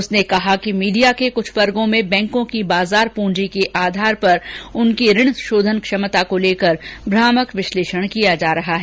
उसने कहा कि मीडिया के कुछ वर्गों में बैंकों की बाजार पूंजी के आधार पर उनकी ऋण शोधन क्षमता को लेकर भ्रामक विश्लेषण किया जा रहा है